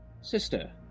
sister